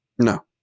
No